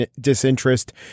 disinterest